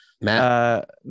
Matt